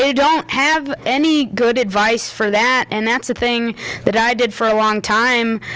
ah don't have any good advice for that. and that's the thing that i did for a long time,